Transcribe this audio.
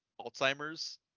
Alzheimer's